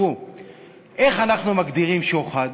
איך אנחנו מגדירים שוחד?